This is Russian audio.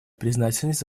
признательность